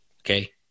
Okay